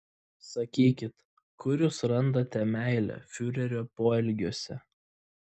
sakykit kur jūs randate meilę fiurerio poelgiuose